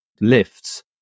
lifts